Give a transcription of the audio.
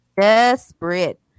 Desperate